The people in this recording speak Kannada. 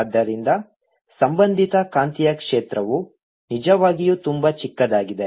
ಆದ್ದರಿಂದ ಸಂಬಂಧಿತ ಕಾಂತೀಯ ಕ್ಷೇತ್ರವು ನಿಜವಾಗಿಯೂ ತುಂಬಾ ಚಿಕ್ಕದಾಗಿದೆ